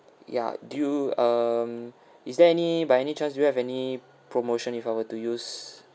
yeah do you um is there any by any chance do you have any promotion if I were to use